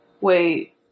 Wait